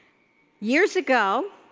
years ago,